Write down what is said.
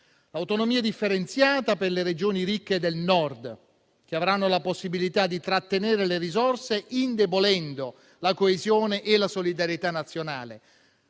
l'autonomia differenziata per le Regioni ricche del Nord, che avranno la possibilità di trattenere le risorse, indebolendo la coesione e la solidarietà nazionale;